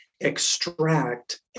extract